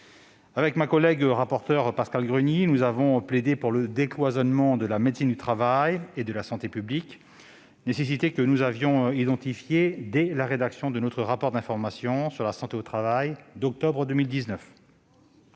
Avec ma collègue rapporteur Pascale Gruny, nous avons plaidé pour le décloisonnement de la médecine du travail et de la santé publique, nécessité que nous avions identifiée dès la rédaction de notre rapport d'information sur la santé au travail d'octobre 2019.